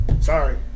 Sorry